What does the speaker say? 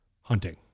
hunting